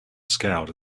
scowled